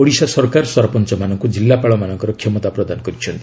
ଓଡ଼ିଶା ସରକାର ସରପଞ୍ଚମାନଙ୍କୁ ଜିଲ୍ଲାପାଳଙ୍କର କ୍ଷମତା ପ୍ରଦାନ କରିଛନ୍ତି